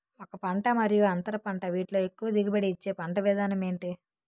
ఒక పంట మరియు అంతర పంట వీటిలో ఎక్కువ దిగుబడి ఇచ్చే పంట విధానం ఏంటి?